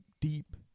deep